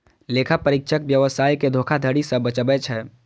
लेखा परीक्षक व्यवसाय कें धोखाधड़ी सं बचबै छै